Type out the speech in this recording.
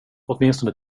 åtminstone